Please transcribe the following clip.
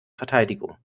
verteidigung